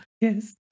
Yes